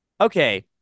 okay